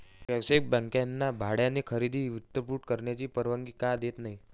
व्यावसायिक बँकांना भाड्याने खरेदी वित्तपुरवठा करण्याची परवानगी का देत नाही